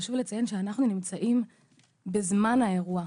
חשוב לציין שאנחנו נמצאים בזמן האירוע.